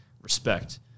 respect